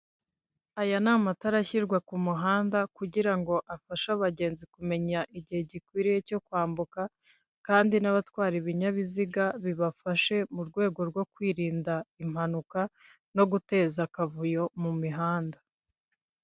Aya ni amatara ashyirwa ku muhanda kugira ngo afashe abagenzi kumenya igihe gikwiriye cyo kwambuka kandi n'abatwara ibinyabiziga bibafashe mu rwego rwo kwirinda impanuka no guteza akavuyo mu mihanda.